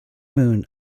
moon